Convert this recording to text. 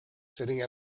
sitting